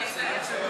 ההצעה להעביר